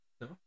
No